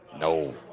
No